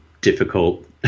difficult